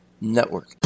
Network